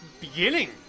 beginning